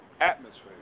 atmosphere